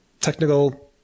technical